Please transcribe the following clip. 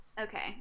Okay